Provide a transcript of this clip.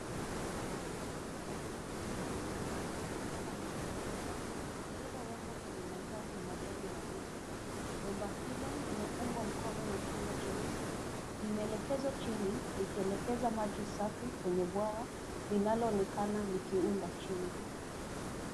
Mkondo wenye nguvu wa maji ukimiminika kutoka mwisho wa bomba lililowekwa kwenye mandhari ya majani mabichi. Bomba hilo limeungwa mkono na chuma cheusi, limeelekezwa chini likielekeza maji safi kwenye bwawa linaloonekana likiunda chini.